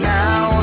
now